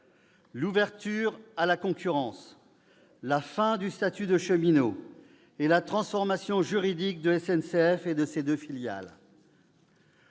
l'ouverture à la concurrence, la fin du statut de cheminot et la transformation juridique de SNCF et de ses deux filiales.